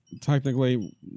Technically